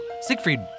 Siegfried